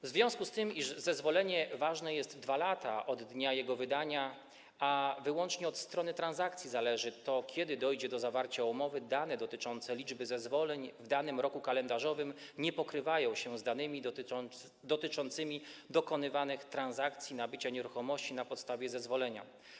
W związku z tym, iż zezwolenie ważne jest 2 lata od dnia jego wydania, a wyłącznie od strony transakcji zależy, kiedy dojdzie do zawarcia umowy, dane dotyczące liczby zezwoleń w danym roku kalendarzowym nie pokrywają się z danymi dotyczącymi dokonywanych transakcji nabycia nieruchomości na podstawie zezwolenia.